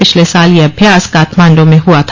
पिछले साल यह अभ्यास काठमांडो में हआ था